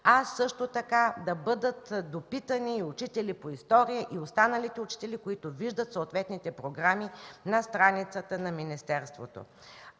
а също така да бъдат допитани и учители по история, и останалите учители, които виждат съответните програми на страницата на министерството.